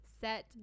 set